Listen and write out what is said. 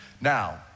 Now